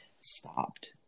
stopped